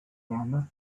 farmer